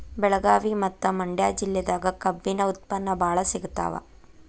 ಬೆಳಗಾವಿ ಮತ್ತ ಮಂಡ್ಯಾ ಜಿಲ್ಲೆದಾಗ ಕಬ್ಬಿನ ಉತ್ಪನ್ನ ಬಾಳ ಸಿಗತಾವ